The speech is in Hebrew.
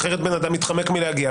אחרת בן אדם מתחמק מלהגיע.